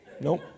Nope